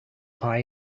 pie